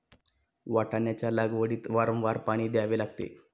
वाटाण्याच्या लागवडीत वारंवार पाणी द्यावे लागते